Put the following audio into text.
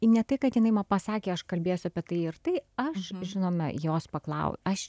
ne tai kad jinai man pasakė aš kalbėsiu apie tai ir tai aš žinoma jos paklau aš